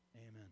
Amen